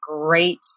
great